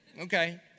Okay